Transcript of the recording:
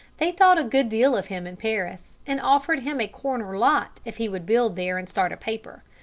they thought a good deal of him in paris, and offered him a corner lot if he would build there and start a paper.